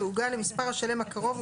יעוגל למספר השלם הקרוב,